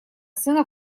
сына